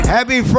Happy